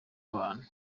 abantu